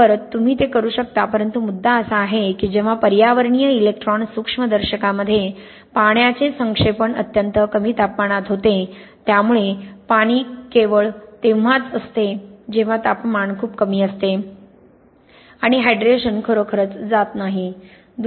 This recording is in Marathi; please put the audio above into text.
बरं तुम्ही ते करू शकता परंतु मुद्दा असा आहे की जेव्हा पर्यावरणीय इलेक्ट्रॉन सूक्ष्मदर्शकामध्ये पाण्याचे संक्षेपण अत्यंत कमी तापमानात होते त्यामुळे पाणी केवळ तेव्हाच असते जेव्हा तापमान खूप कमी असते आणि हायड्रेशन खरोखरच जात नाही